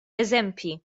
eżempji